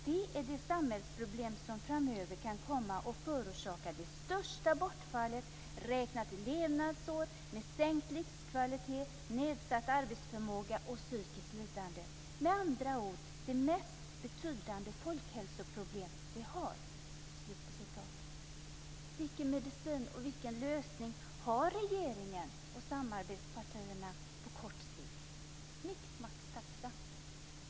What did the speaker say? Det är det samhällsproblem som framöver kan komma att förorsaka det största bortfallet räknat i levnadsår med sänkt livskvalitet, nedsatt arbetsförmåga och psykiskt lidande. Det är med andra ord det mest betydande folkhälsoproblemet vi har. Vilken medicin och vilken lösning har regeringen och samarbetspartierna på kort sikt? "Mixmaxtaxa"!